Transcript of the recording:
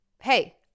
hey